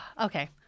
okay